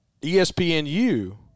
ESPNU